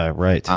ah right,